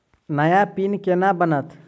नया पिन केना बनत?